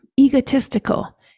egotistical